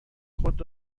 خود